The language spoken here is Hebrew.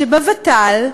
שבוות"ל,